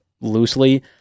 loosely